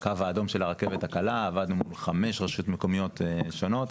בקו האדום של הרכבת הקלה עבדנו מול חמש רשויות מקומיות שונות,